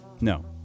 No